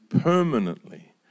permanently